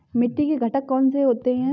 मिट्टी के घटक कौन से होते हैं?